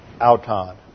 auton